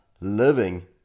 living